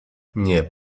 nie